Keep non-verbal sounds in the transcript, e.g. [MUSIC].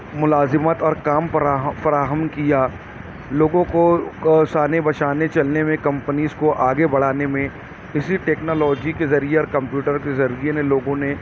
ملازمت اور کام پراہم فراہم کیا لوگوں کو [UNINTELLIGIBLE] شانے بشانے چلنے میں کمپنیز کو آگے بڑھانے میں اسی ٹیکنالوجی کے ذریعے اور کمپیوٹر کے ذریعے نے لوگوں نے